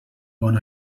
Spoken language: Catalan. bon